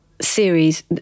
Series